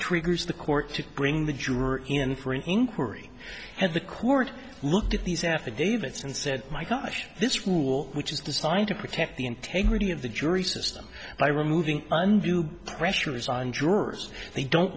triggers the court to bring the juror in for an inquiry and the court looked at these affidavits and said my gosh this rule which is designed to protect the integrity of the jury system by removing pressures on drivers they don't